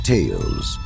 Tales